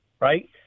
Right